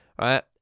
right